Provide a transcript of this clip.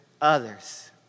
others